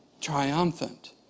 triumphant